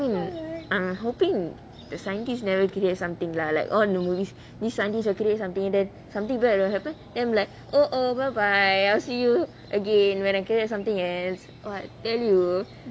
I mean I'm hoping the scientists never create something lah like all the movies this scientist create something then something bad will happen then I'm like oh oh bye bye I'll see you again when I create something else and tell you